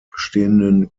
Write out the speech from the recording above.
bestehenden